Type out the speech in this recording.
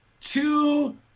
Two